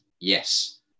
yes